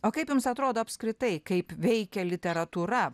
o kaip jums atrodo apskritai kaip veikia literatūra